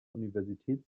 universität